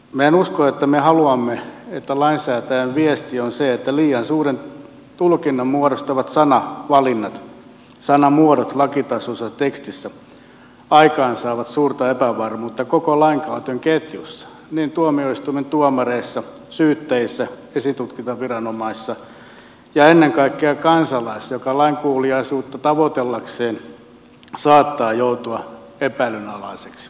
minä en usko että me haluamme että lainsäätäjän viesti on se että liian suuren tulkinnan muodostavat sananvalinnat sanamuodot lakitasoisessa tekstissä aikaansaavat suurta epävarmuutta koko lainkäytön ketjussa niin tuomioistuimen tuomareissa syyttäjissä esitutkintaviranomaisissa kuin ennen kaikkea kansalaisessa joka lainkuuliaisuutta tavoitellakseen saattaa joutua epäilynalaiseksi kaikesta huolimatta